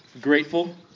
Grateful